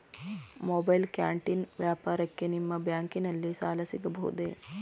Mobile canteen ವ್ಯಾಪಾರಕ್ಕೆ ನಿಮ್ಮ ಬ್ಯಾಂಕಿನಲ್ಲಿ ಸಾಲ ಸಿಗಬಹುದೇ?